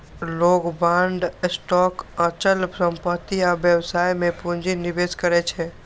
लोग bond, stock, अचल संपत्ति आ व्यवसाय मे पूंजी निवेश करै छै